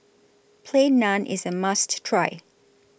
Plain Naan IS A must Try